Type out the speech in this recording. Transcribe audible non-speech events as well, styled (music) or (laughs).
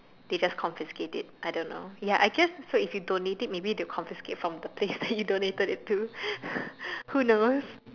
they just confiscate it I don't know ya I guess so if you donate it maybe they'll confiscate from the place that you donated it to (laughs) who knows